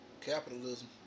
capitalism